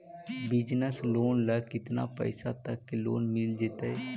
Business loan ल केतना पैसा तक के लोन मिल जितै?